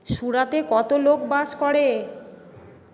সুরাতে কত লোক বাস করে